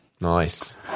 nice